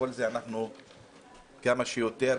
מבחינתנו כמה שיותר,